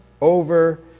over